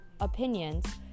opinions